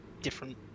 different